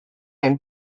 and